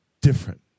different